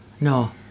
no